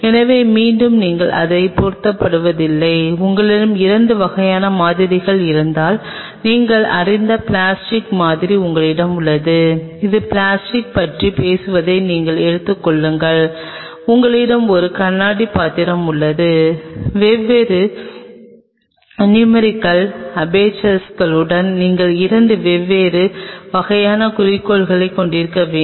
எனவே மீண்டும் நீங்கள் அதைப் பொருட்படுத்தவில்லை உங்களிடம் இரண்டு வகையான மாதிரிகள் இருந்தால் நீங்கள் அறிந்த பிளாஸ்டிக் மாதிரி உங்களிடம் உள்ளது அது பிளாஸ்டிக் பற்றி பேசுவதை நீங்களே எடுத்துக் கொள்ளும் உங்களிடம் ஒரு கண்ணாடி பாத்திரம் உள்ளது வெவ்வேறு நுமெரிக்கல் அபேர்சர்களுடன் நீங்கள் இரண்டு வெவ்வேறு வகையான குறிக்கோள்களைக் கொண்டிருக்க வேண்டும்